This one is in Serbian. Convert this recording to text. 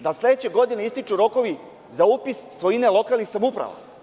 da sledeće godine ističu rokovi za upis svojine lokalnih samouprava.